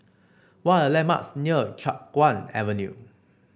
what are the landmarks near Chiap Guan Avenue